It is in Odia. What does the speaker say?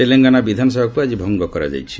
ତେଲେଙ୍ଗାନା ବିଧାନସଭାକୁ ଆଜି ଭଙ୍ଗ କରାଯାଇଛି